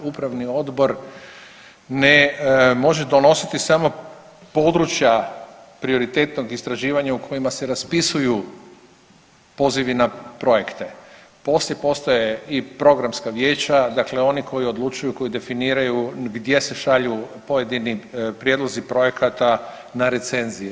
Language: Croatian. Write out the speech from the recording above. Upravni odbor ne može donositi samo područja prioritetnog istraživanja u kojima se raspisuju pozivi na projekte, poslije postaje i programska vijeća, dakle oni koji odlučuju koji definiraju gdje se šalju pojedini prijedlozi projekata na recenzije.